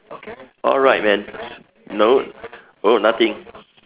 alright man no oh nothing